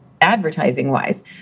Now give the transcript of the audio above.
advertising-wise